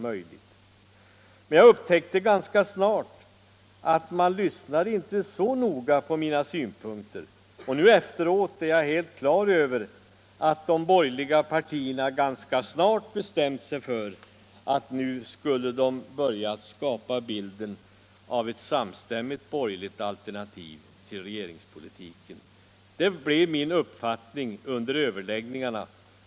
Men jag upptäckte ganska snart att man inte lyssnade så noga på mina synpunkter, och nu efteråt är jag helt på det klara med att de borgerliga partierna ganska snart hade bestämt sig för att nu börja skapa bilden av ett samstämmigt borgerligt alternativ till regeringspolitiken. Det var den uppfattning jag fick under överläggningarna.